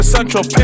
Central